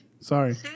Sorry